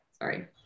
Sorry